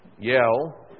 yell